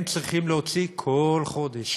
הם צריכים להוציא כל חודש